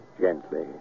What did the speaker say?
gently